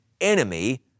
enemy